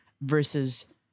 versus